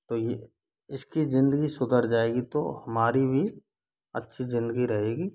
तो ये इसकी जिंदगी सुधर जाएगी तो हमारी भी अच्छी जिंदगी रहेगी